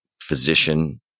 physician